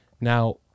Now